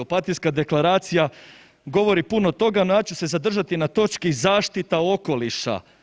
Opatijska deklaracija govori puno toga no ja ću se zadrži na točki zaštita okoliša.